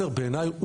בעיניי,